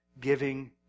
giving